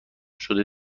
شده